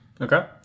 Okay